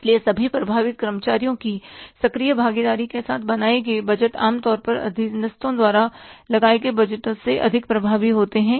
इसलिए सभी प्रभावित कर्मचारियों की सक्रिय भागीदारी के साथ बनाए गए बजट आमतौर पर अधीनस्थों पर लगाए गए बजट से अधिक प्रभावी होते हैं